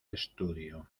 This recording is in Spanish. estudio